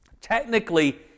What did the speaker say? Technically